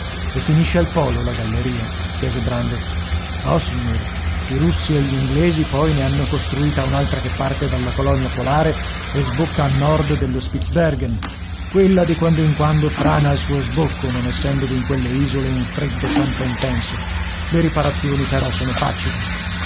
e finisce al polo la galleria chiese brandok no signore i russi e gli inglesi poi ne hanno costruita un'altra che parte dalla colonia polare e sbocca a nord dello spitzbergen quella di quando in quando frana al suo sbocco non essendovi in quelle isole un freddo sempre intenso le riparazioni però sono facili